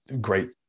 great